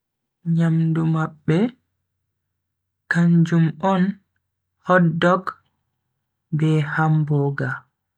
Nyamdu mabbe kanjum on hotdog be hamburger.